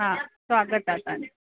हा स्वागतु आहे तव्हांजो